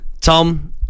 Tom